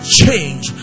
change